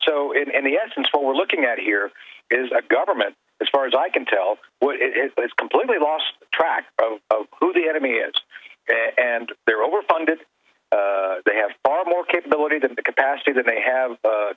in the essence what we're looking at here is a government as far as i can tell what it is but it's completely lost track of who the enemy is and their overfunded they have far more capability than the capacity that they have